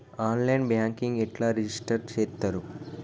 On line banking ఎట్లా register చేత్తరు?